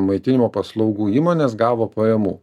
maitinimo paslaugų įmonės gavo pajamų